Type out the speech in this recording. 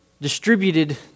distributed